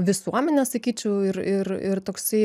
visuomenė sakyčiau ir ir ir toksai